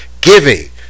Giving